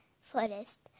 forest